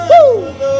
Woo